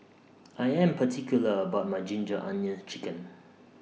I Am particular about My Ginger Onions Chicken